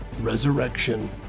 resurrection